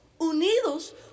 unidos